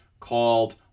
called